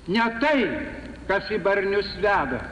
ne tai kas į barnius veda